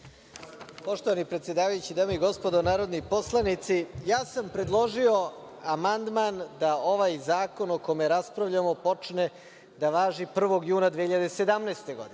Poštovani predsedavajući, dame i gospodo narodni poslanici, ja sam predložio amandman da ovaj zakon o kome raspravljamo počne da važi 1. juna 2017. godine